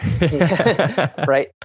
Right